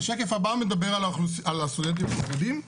השקף הבא מדבר על הסטודנטים החרדים.